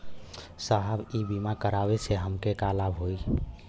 साहब इ बीमा करावे से हमके का लाभ होई?